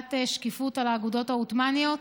להחלת שקיפות על האגודות העות'מאניות.